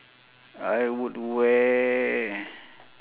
I would wear